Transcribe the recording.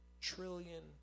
trillion